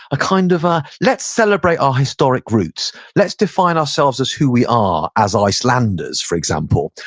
a kind of a let's celebrate our historic roots. let's define ourselves as who we are as icelanders, for example.